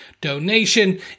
donation